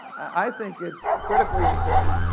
i think it's critically important,